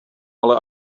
ale